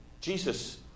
Jesus